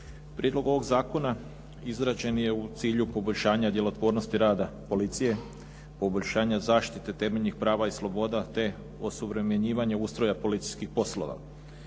Prijedlog zakona izrađen je u cilju poboljšanja djelotvornosti rada policije, poboljšanja zaštite temeljnih prava i sloboda te osuvremenjivanja ustroja policijskih poslova.